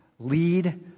Lead